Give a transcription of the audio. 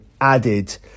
added